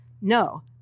no